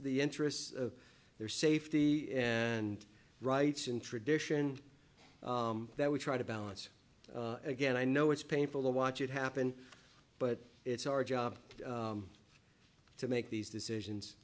the interests of their safety and rights and tradition that we try to balance again i know it's painful to watch it happen but it's our job to make these decisions